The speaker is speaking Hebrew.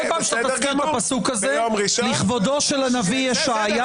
כל פעם שאתה תזכיר את הפסוק הזה לכבודו של הנביא ישעיה,